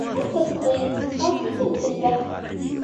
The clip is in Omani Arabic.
أحب الصيد خاصة في البحر